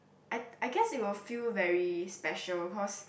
I I guess it will feel very special cause